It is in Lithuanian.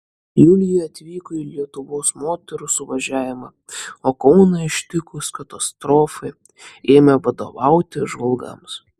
julija atvyko į lietuvos moterų suvažiavimą o kauną ištikus katastrofai ėmė vadovauti žvalgams